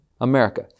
America